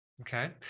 okay